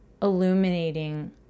illuminating